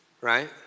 right